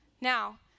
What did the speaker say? Now